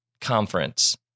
conference